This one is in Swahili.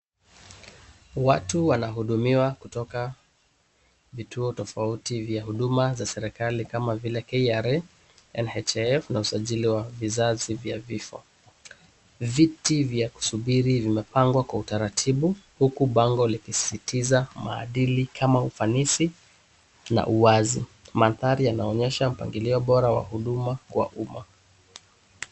Watu wanahudumiwa kutoka vituo tofauti vya huduma za serikali kama vile KRA, NHIF na usajili wa vizazi vya vifo. Viti vya kusubiri vimepangwa kwa utaratibu huku bango likisisitiza maadili kama ufanisi na uwazi. Mandhari yanaonyesha mpangilio bora wa huduma kwa umma.